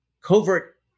covert